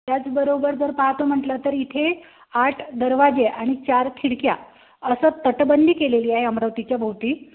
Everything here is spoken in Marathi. त्याचबरोबर जर पाहायचं म्हंटलं तर इथे आठ दरवाजे आणि चार खिडक्या असं तटबंदी केलेली आहे अमरावतीच्या भोवती